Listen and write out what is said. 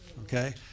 okay